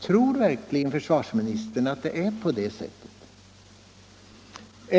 Tror verkligen försvarsministern att det är på det sättet?